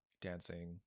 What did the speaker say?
Dancing